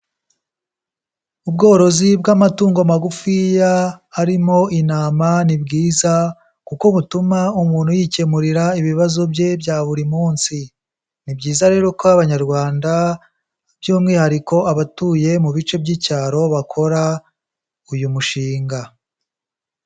Ubworozi bw'amatungo magufiya harimo, intama ni bwiza, kuko butuma umuntu yikemurira ibibazo bye bya buri munsi. Ni byiza rero ko Abanyarwanda by'umwihariko abatuye mu bice by'icyaro bakora uyu mushinga.